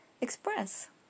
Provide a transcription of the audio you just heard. express